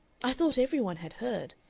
i thought every one had heard,